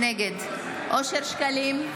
נגד אושר שקלים,